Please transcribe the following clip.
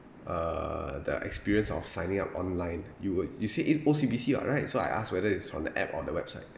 uh the experience of signing up online you would you say eh O_C_B_C ah right so I asked whether it's from the app or the website